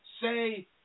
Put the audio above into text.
say